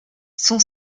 son